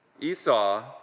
Esau